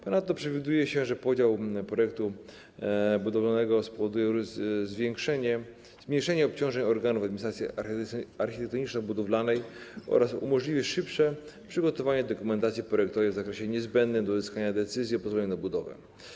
Ponadto przewiduje się, że podział projektu budowlanego spowoduje zmniejszenie obciążeń organów administracji architektoniczno-budowlanej oraz umożliwi szybsze przygotowanie dokumentacji projektowej w zakresie niezbędnych do uzyskania decyzji o pozwoleniu na budowę.